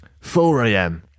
4am